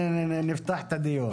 נפתח את הדיון בהמשך.